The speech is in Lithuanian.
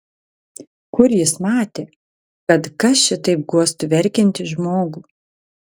kur jis matė kad kas šitaip guostų verkiantį žmogų